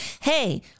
hey